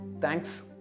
Thanks